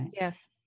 Yes